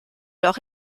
leurs